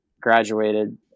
graduated